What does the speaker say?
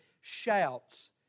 shouts